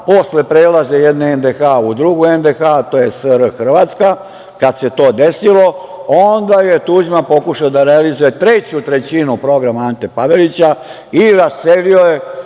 posle prelaza jedne NDH u drugu NDH, to je SR Hrvatska, kad se to desilo, onda je Tuđman pokušao da realizuje treću trećinu programa Ante Pavelića i raselio je,